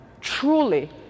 truly